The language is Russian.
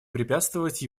препятствовать